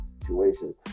situation